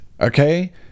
Okay